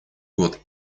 год